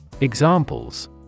Examples